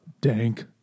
dank